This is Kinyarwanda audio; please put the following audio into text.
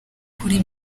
kuri